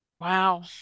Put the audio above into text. wow